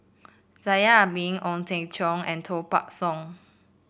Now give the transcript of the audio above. Zainal Abidin Ong Teng Cheong and Koh Buck Song